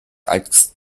als